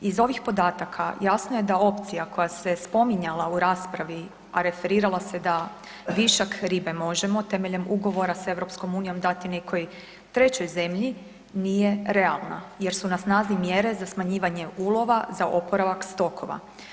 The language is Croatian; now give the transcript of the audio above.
Iz ovih podataka jasno je da opcija koja se spominjala u raspravi, a referirala se da višak ribe možemo temeljem ugovora sa EU dati nekoj trećoj zemlji nije realna jer su na snazi mjere za smanjivanje ulova, za oporavak stokova.